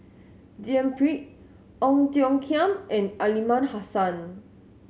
D N Pritt Ong Tiong Khiam and Aliman Hassan